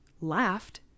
laughed